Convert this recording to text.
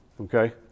Okay